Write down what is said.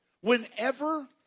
Whenever